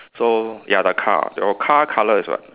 so ya the car your car colour is what